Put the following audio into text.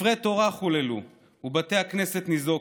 ספרי תורה חוללו ובתי הכנסת ניזוקו,